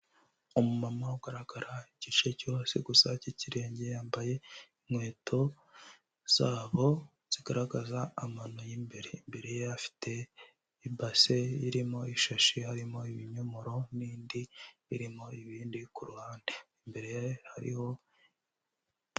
Umumama ugaragara igice cyo hasi gusa cy'ikirenge, yambaye inkweto zabo zigaragaza amano y'imbere, imbere ye afite ibase irimo ishashi harimo ibinyomoro n'indi irimo ibindi ku ruhande imbere hariho.